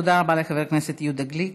תודה לחבר הכנסת גליק.